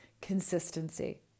consistency